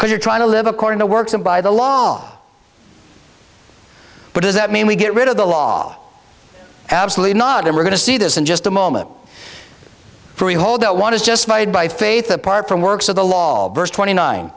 because you're trying to live according to works and by the law but does that mean we get rid of the law absolutely not and we're going to see this in just a moment freehold that one is justified by faith apart from works of the law verse twenty nine